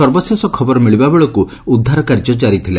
ସର୍ବଶେଷ ଝବର ମିଳିବା ବେଳକୁ ଉଦ୍ଧାର କାର୍ଯ୍ୟ ଜାରି ଥିଲା